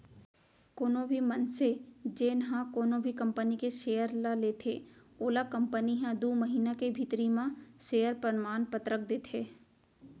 कोनो भी मनसे जेन ह कोनो भी कंपनी के सेयर ल लेथे ओला कंपनी ह दू महिना के भीतरी म सेयर परमान पतरक देथे